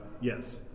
Yes